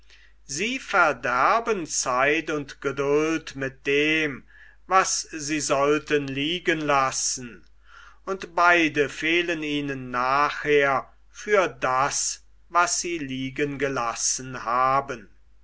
sie verderben zeit und geduld mit dem was sie sollten liegen lassen und beide fehlen ihnen nachher für das was sie liegen gelassen haben